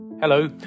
Hello